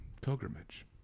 pilgrimage